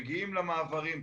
מגיעים למעברים.